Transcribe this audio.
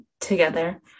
together